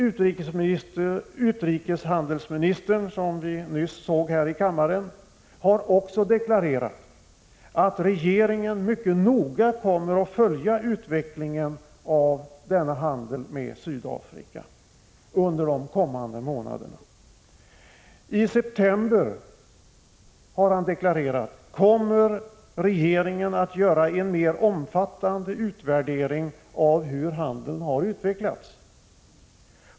Utrikeshandelsministern, som vi nyss hörde här i kammaren, har också deklarerat att regeringen under de närmaste månaderna mycket noga kommer att följa utvecklingen av denna handel med Sydafrika. I september, har han deklarerat, kommer regeringen att göra en omfattande utvärdering av hur handeln har utvecklats.